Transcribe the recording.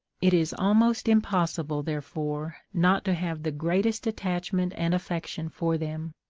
it is almost impossible, therefore, not to have the greatest attachment and affection for them,